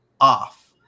off